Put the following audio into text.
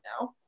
now